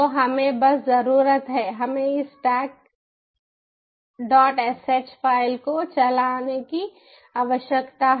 तो हमें बस जरूरत है हमें इस stacksh फ़ाइल को चलाने की आवश्यकता है